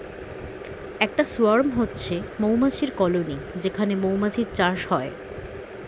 একটা সোয়ার্ম হচ্ছে মৌমাছির কলোনি যেখানে মৌমাছির চাষ হয়